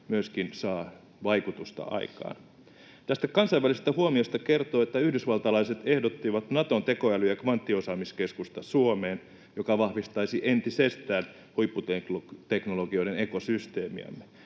saa vaikutusta aikaan. Tästä kansainvälisestä huomiosta kertoo, että yhdysvaltalaiset ehdottivat Naton tekoäly- ja kvanttiosaamiskeskusta Suomeen, mikä vahvistaisi entisestään huipputeknologioiden ekosysteemiämme.